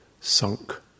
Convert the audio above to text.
sunk